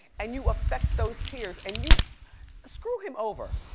and you effect those tears, and you screw him over.